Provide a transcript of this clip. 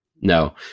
No